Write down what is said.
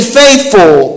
faithful